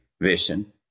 vision